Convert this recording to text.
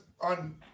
on